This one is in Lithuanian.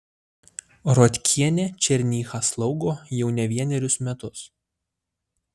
rotkienė černychą slaugo jau ne vienerius metus